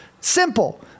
simple